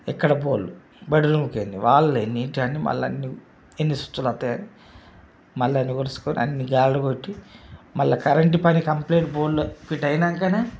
ఎక్కడ పోల్లు బెడ్రూంకి ఎన్ని వాల్లు ఎన్ని ఏంటని మళ్ళా అన్ని ఎన్ని స్విచ్లు వస్తాయని మళ్ళా అన్నీ కొలుచుకొని అన్నీ గాడులు కొట్టి మళ్ళా కరంటు పని కంప్లీట్ పోల్లు ఫిట్ అయినాక